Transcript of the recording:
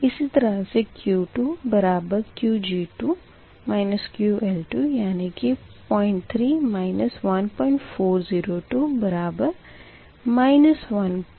इसी तरह से Q2 Qg2 QL2 यानी कि 03 1402 बराबर 1102 है